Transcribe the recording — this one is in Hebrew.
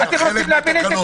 אתם רוצים להפיל את זה?